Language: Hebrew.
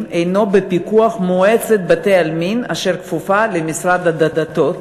הוא בפיקוח מועצת בתי-העלמין אשר כפופה למשרד הדתות,